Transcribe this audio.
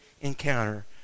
encounter